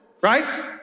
right